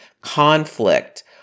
conflict